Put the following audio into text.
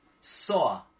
saw